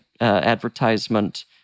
advertisement